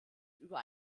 über